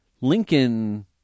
Lincoln